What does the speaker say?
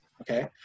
Okay